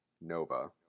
Nova